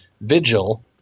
Vigil